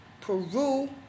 Peru